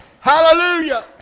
Hallelujah